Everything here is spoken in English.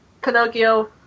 Pinocchio